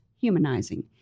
humanizing